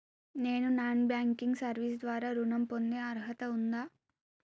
నేను non banking service ద్వారా ఋణం పొందే అర్హత ఉందా?